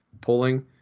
pulling